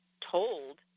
told